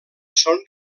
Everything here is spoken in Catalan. són